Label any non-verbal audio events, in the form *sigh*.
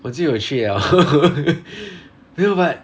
我就有去 liao *laughs* 没有 but